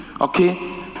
okay